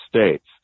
States